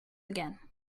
again